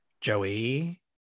Joey